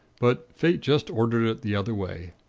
but fate just ordered it the other way.